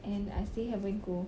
and I still haven't go